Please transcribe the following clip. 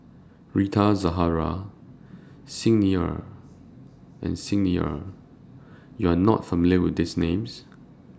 Rita Zahara Xi Ni Er and Xi Ni Er YOU Are not familiar with These Names